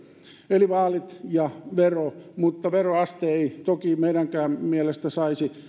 eli vaalit ja vero mutta veroaste ei toki meidänkään mielestä saisi